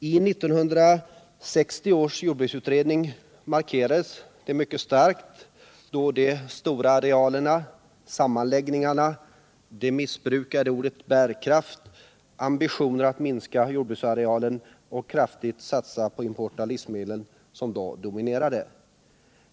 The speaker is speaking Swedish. I 1960 års jordbruksutredning markerades mycket starkt att det var de stora arealerna, sammanläggningarna, det missbrukade ordet ”bärkraft” samt ambitioner att minska jordbruksarealen och kraftigt satsa på import av livsmedel som då dominerade.